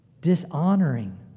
dishonoring